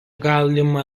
galima